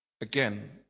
Again